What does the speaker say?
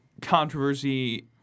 controversy